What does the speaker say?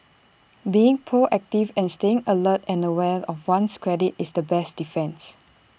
being proactive and staying alert and aware of one's credit is the best defence